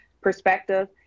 perspective